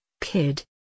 kid